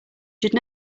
should